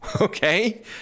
Okay